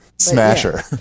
Smasher